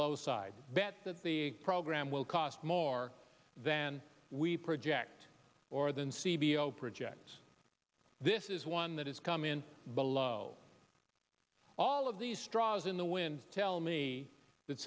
low side bet that the program will cost more than we project or than c b o projects this is one that has come in below all of these straws in the wind tell me that